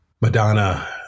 Madonna